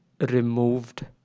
removed